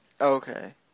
Okay